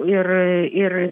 ir ir